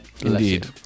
Indeed